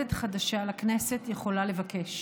מתמודדת חדשה לכנסת, יכולה לבקש.